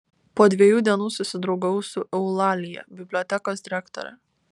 po dviejų dienų susidraugavau su eulalija bibliotekos direktore